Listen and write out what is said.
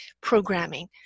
programming